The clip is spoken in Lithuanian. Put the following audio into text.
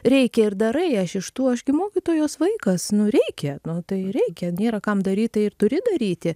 reikia ir darai aš iš tų aš gi mokytojos vaikas nu reikia nu tai reikia nėra kam daryt tai ir turi daryti